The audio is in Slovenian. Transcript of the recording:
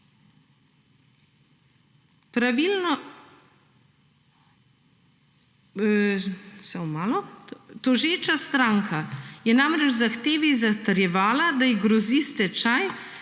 tožeča stranka je namreč v zahtevi zatrjevala, da ji grozi stečaj,